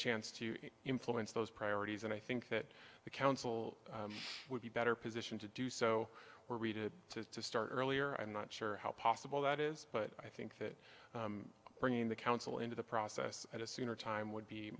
chance to influence those priorities and i think that the council would be better position to do so or read it to start earlier i'm not sure how possible that is but i think that bringing the council into the process at a sooner time would be